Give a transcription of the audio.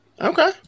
Okay